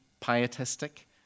pietistic